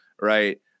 right